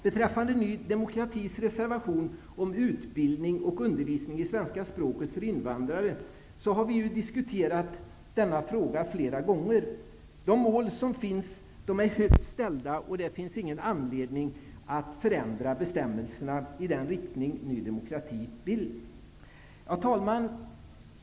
Beträffande Ny demokratis reservation om utbildning och undervisning i svenska språket för invandrare, har vi ju diskuterat den frågan flera gånger. De mål som finns är högt ställda, och det finns ingen anledning att förändra bestämmelserna i den riktning Ny demokrati vill. Herr talman!